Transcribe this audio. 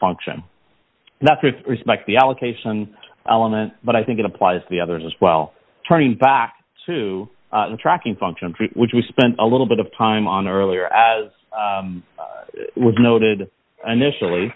with respect the allocation element but i think it applies the others as well turning back to the tracking function which we spent a little bit of time on earlier as was noted an initially